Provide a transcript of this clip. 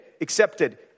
accepted